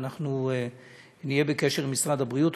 ואנחנו נהיה בקשר עם משרד הבריאות.